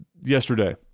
yesterday